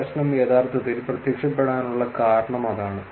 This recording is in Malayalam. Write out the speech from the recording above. ഈ പ്രശ്നം യഥാർത്ഥത്തിൽ പ്രത്യക്ഷപ്പെടാനുള്ള കാരണം അതാണ്